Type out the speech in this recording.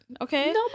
Okay